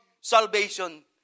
salvation